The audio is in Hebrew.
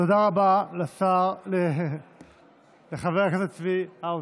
תודה רבה לשר, לחבר הכנסת צבי האוזר.